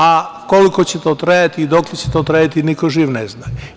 A koliko će to trajati i dokle će to trajati, niko živ ne zna.